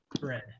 bread